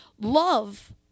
Love